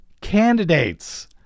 candidates